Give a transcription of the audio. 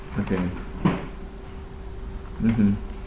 okay mmhmm